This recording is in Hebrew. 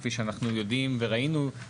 כפי שאנחנו יודעים וראינו,